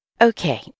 Okay